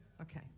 Okay